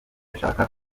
nshaka